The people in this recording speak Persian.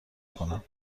کنم